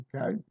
okay